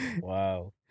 Wow